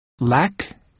lack